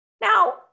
Now